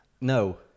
No